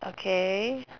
okay